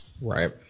Right